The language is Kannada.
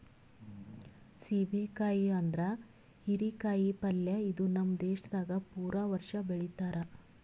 ಸೀಬೆ ಕಾಯಿ ಅಂದುರ್ ಹೀರಿ ಕಾಯಿ ಪಲ್ಯ ಇದು ನಮ್ ದೇಶದಾಗ್ ಪೂರಾ ವರ್ಷ ಬೆಳಿತಾರ್